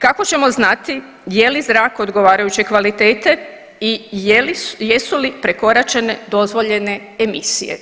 Kako ćemo znati je li zrak odgovarajuće kvalitete i jesu li prekoračene dozvoljene emisije?